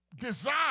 design